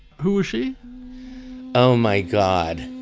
who is she oh my god.